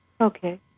Okay